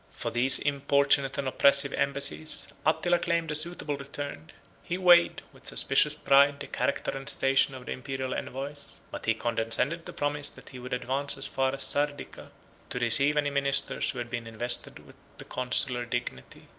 for these importunate and oppressive embassies, attila claimed a suitable return he weighed, with suspicious pride, the character and station of the imperial envoys but he condescended to promise that he would advance as far as sardica to receive any ministers who had been invested with the consular dignity.